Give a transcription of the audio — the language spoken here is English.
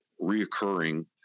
reoccurring